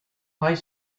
high